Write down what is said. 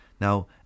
Now